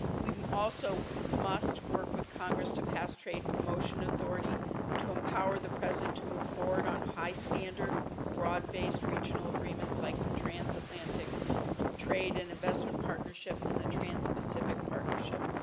we also must work with congress to pass trade promotion authority to empower the president to move forward on high standard broad-based regional agreements like the transatlantic trade and investment partnership and the transpacific partnership.